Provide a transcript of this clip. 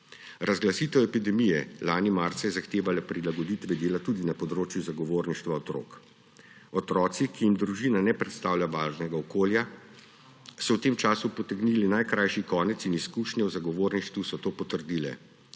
Razglasitev epidemije lani marca je zahtevala prilagoditve dela tudi na področju zagovorništva otrok. Otroci, ki jim družina ne predstavlja varnega okolja, so v tem času potegnili najkrajši konec in izkušnje v zagovorništvu so to potrdile.